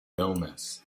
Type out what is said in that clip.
illness